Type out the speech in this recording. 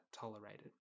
tolerated